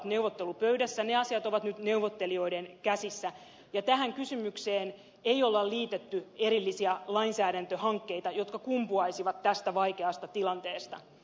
ne asiat ovat nyt neuvottelijoiden käsissä ja tähän kysymykseen ei ole liitetty erillisiä lainsäädäntöhankkeita jotka kumpuaisivat tästä vaikeasta tilanteesta